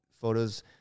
photos